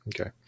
Okay